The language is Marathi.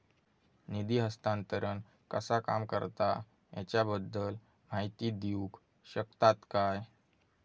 निधी हस्तांतरण कसा काम करता ह्याच्या बद्दल माहिती दिउक शकतात काय?